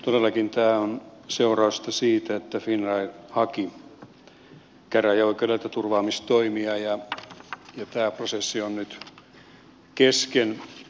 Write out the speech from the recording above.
todellakin tämä on seurausta siitä että finnair haki käräjäoikeudelta turvaamistoimia ja tämä prosessi on nyt kesken